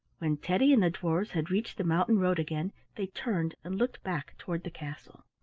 when teddy and the dwarfs had reached the mountain road again they turned and looked back toward the castle.